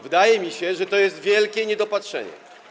Wydaje mi się, że to jest wielkie niedopatrzenie.